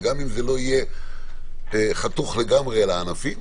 וגם אם זה לא יהיה חתוך לגמרי לענפים,